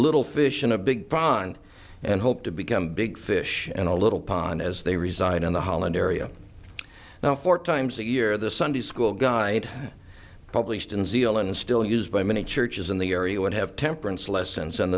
little fish in a big pond and hope to become big fish in a little pond as they reside in the holland area now four times a year the sunday school guide published in zeal and still used by many churches in the area would have temperance lessons